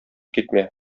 китмә